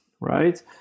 Right